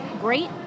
great